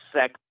sex